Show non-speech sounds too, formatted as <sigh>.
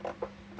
<noise>